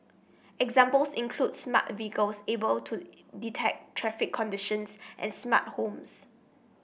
examples include smart a vehicles able to detect traffic conditions and smart homes